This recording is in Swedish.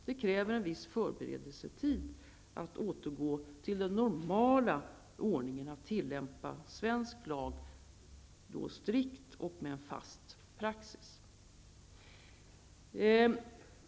Det kräver en viss förberedelsetid att återgå till den normala ordningen att tillämpa svensk lag strikt och med en fast praxis.